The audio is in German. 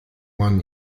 mann